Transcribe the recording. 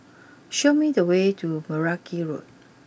show me the way to Meragi Road